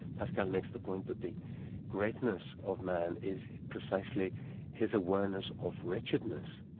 pascal makes the point that the greatness of man is precisely his awareness of wretchedness.